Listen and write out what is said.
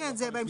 כן, זה בהמשך.